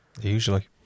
Usually